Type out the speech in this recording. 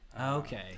Okay